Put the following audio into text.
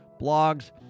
blogs